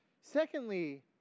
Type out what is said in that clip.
Secondly